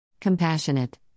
Compassionate